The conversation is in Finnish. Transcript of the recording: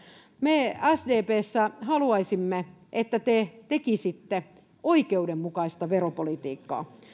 me sdpssä haluaisimme että te tekisitte oikeudenmukaista veropolitiikkaa